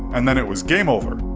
and then it was game over.